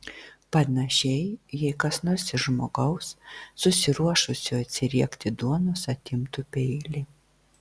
panašiai jei kas nors iš žmogaus susiruošusio atsiriekti duonos atimtų peilį